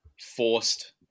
forced